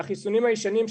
החיסונים הישנים,